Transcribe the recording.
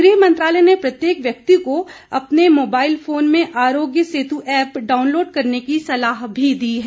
गृह मंत्रालय ने प्रत्येक व्यक्ति को अपने मोबाइल फोन में आरोग्य सेतु ऐप डाउनलोड करने की सलाह भी दी है